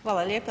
Hvala lijepa.